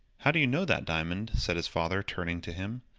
how do you know that, diamond? said his father, turning to him.